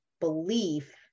belief